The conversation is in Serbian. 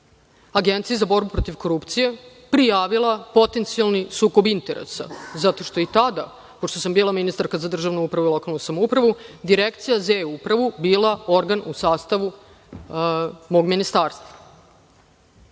Agenciji za borbu protiv korupcije prijavila sam potencijalni sukob interesa, zato što i tada, pošto sam bila ministarka za državnu upravu i lokalnu samoupravu, Direkcija za E-upravu bila je organ u sastavu mog ministarstva,